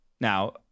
Now